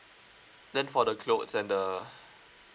then for the clothes and the